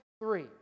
three